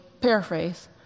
paraphrase